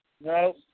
No